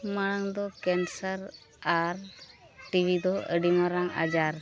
ᱢᱟᱲᱟᱝ ᱫᱚ ᱠᱮᱱᱥᱟᱨ ᱟᱨ ᱴᱤᱵᱷᱤ ᱫᱚ ᱟᱹᱰᱤ ᱢᱟᱨᱟᱝ ᱟᱡᱟᱨ